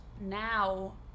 now